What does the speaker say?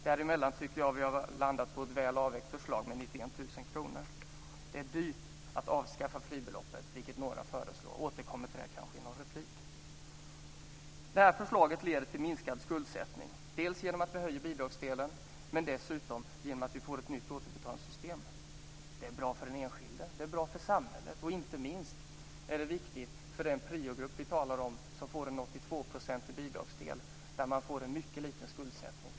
Jag tycker att vi har landat däremellan och har ett väl avvägt förslag på 91 000 kr. Det är dyrt att avskaffa fribeloppet som några föreslår. Jag återkommer kanske till det i någon replik. Det här förslaget leder till minskad skuldsättning genom att vi höjer bidragsdelen men dessutom genom att vi får ett nytt återbetalningssystem. Det är bra för den enskilde och det är bra för samhället. Inte minst är det viktigt för den grupp vi talar om som får en 82 procentig bidragsdel. De får en mycket liten skuldsättning.